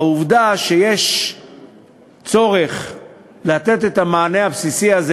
העובדה שיש צורך לתת את המענה הבסיסי הזה